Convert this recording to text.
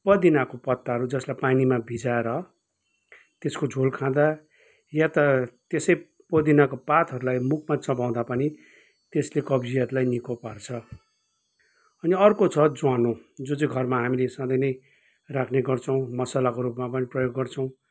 पदिनाको पत्ताहरू जसलाई पानीमा भिजाएर त्यसको झोल खाँदा या त त्यसै पदिनाको पातहरूलाई मुखमा चबाउँदा पनि त्यसले कब्जियतलाई निको पार्छ अनि अर्को छ ज्वानो जो चाहिँ हामीले घरमा सधैँ नै राख्नेगर्छौँ मसलाको रूपमा पनि प्रयोग गर्छौँ